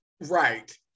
Right